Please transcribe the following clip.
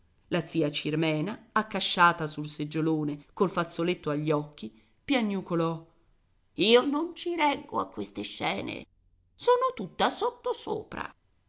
la zia cirmena accasciata sul seggiolone col fazzoletto agli occhi piagnucolò io non ci reggo a queste scene sono tutta sottosopra